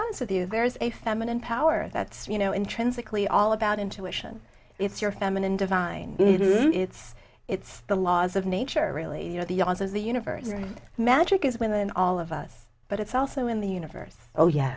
honest with you there is a feminine power that's you know intrinsically all about intuition it's your feminine divine it's it's the laws of nature really you know the yawns of the universe and magic is women all of us but it's also in the universe oh yeah